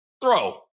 throw